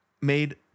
made